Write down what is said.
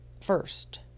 first